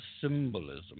symbolism